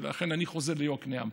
ולכן, אני חוזר ליקנעם.